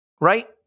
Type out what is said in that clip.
Right